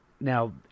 now